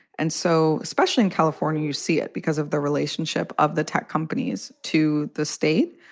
and so especially in california, you see it because of the relationship of the tech companies to the state.